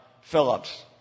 Phillips